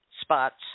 spots